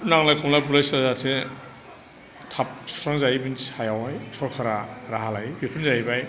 नांलाय खमलाय बुलाय सोलायजासे थाब सुस्रांजायो बेनि सायावहाय सोरखारा राहा लायो बेफोरनो जाहैबाय